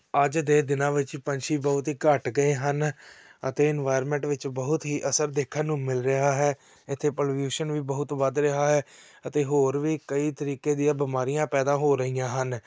ਅੱਜ ਦੇ ਦਿਨਾਂ ਵਿੱਚ ਪੰਛੀ ਬਹੁਤ ਹੀ ਘੱਟ ਗਏ ਹਨ ਅਤੇ ਇਨਵਾਇਰਮੈਂਟ ਵਿੱਚ ਬਹੁਤ ਹੀ ਅਸਰ ਦੇਖਣ ਨੂੰ ਮਿਲ ਰਿਹਾ ਹੈ ਇੱਥੇ ਪਲਿਊਸ਼ਨ ਵੀ ਬਹੁਤ ਵੱਧ ਰਿਹਾ ਹੈ ਅਤੇ ਹੋਰ ਵੀ ਕਈ ਤਰੀਕੇ ਦੀ ਬਿਮਾਰੀਆਂ ਪੈਦਾ ਹੋ ਰਹੀਆਂ ਹਨ